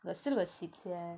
got still got seats yeah